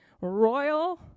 royal